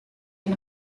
ihn